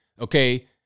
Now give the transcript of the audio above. Okay